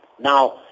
Now